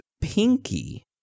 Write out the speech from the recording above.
pinky